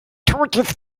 totes